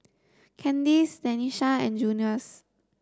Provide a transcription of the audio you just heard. Kandice Denisha and Junious